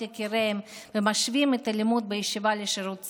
יקיריהן ומשווים את הלימוד בישיבה לשירות צבאי.